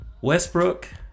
Westbrook